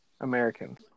Americans